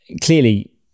Clearly